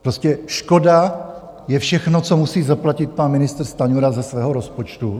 Prostě škoda je všechno, co musí zaplatit pan ministr Stanjura ze svého rozpočtu?